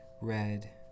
red